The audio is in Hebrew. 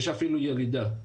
יש אפילו ירידה.